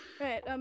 right